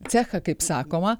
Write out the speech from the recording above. cechą kaip sakoma